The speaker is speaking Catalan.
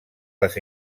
les